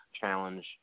challenge